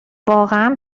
واقعا